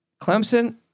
Clemson